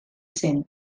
zen